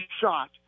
shot